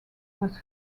was